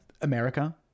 america